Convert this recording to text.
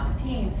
team,